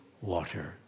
water